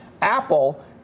Apple